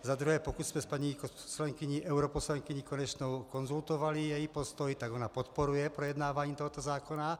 Za druhé, pokud jsme s paní europoslankyní Konečnou konzultovali její postoj, tak ona podporuje projednávání tohoto zákona.